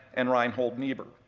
and reinhold niebuhr.